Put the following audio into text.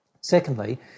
Secondly